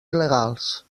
il·legals